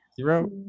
Zero